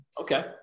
Okay